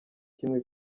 kimwe